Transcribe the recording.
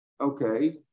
Okay